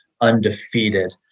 undefeated